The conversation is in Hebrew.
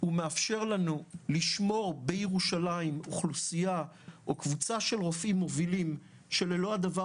הוא מאפשר לנו לשמור בירושלים קבוצה של רופאים מובילים שללא הדבר